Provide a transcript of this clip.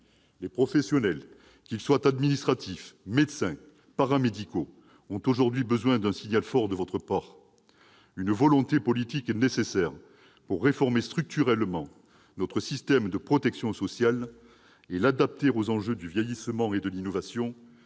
Les professionnels, qu'ils soient administratifs, médecins ou paramédicaux, ont aujourd'hui besoin d'un signal fort de votre part. Une volonté politique est nécessaire pour réformer structurellement notre système de protection sociale et pour l'adapter aux enjeux du vieillissement et de l'innovation,